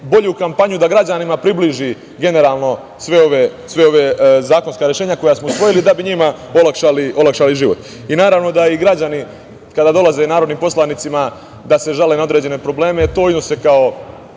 bolju kampanju, da građanima približi generalno sva ova zakonska rešenja koja smo usvojili da bi njima olakšali život. Naravno da i građani kada dolaze narodnim poslanicima da se žale na određene probleme to iznose kao